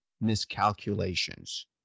miscalculations